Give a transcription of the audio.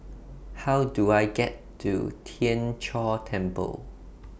How Do I get to Tien Chor Temple